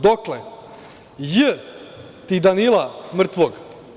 Dokle, J ti Danila mrtvog.